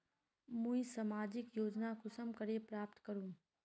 मुई सामाजिक योजना कुंसम करे प्राप्त करूम?